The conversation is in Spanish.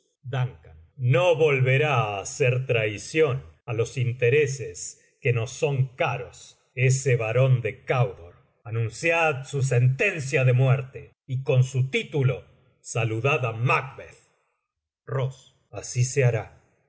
dun no volverá á hacer traición á los intereses que nos son caros ese barón de candor anunciad su sentencia de muerte y con su título saludad á macbeth ross así se hará